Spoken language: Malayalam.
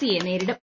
സി യെ നേരിടും